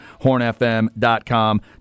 hornfm.com